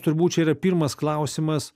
turbūt čia yra pirmas klausimas